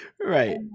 Right